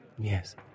Yes